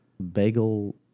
Bagel